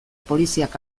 poliziak